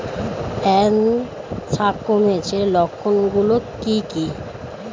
Anthracnose এর লক্ষণ গুলো কি কি?